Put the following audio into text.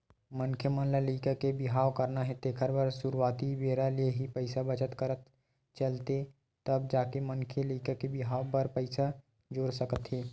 मनखे ल लइका के बिहाव करना हे तेखर बर सुरुवाती बेरा ले ही पइसा बचत करत चलथे तब जाके मनखे लइका के बिहाव बर पइसा जोरे सकथे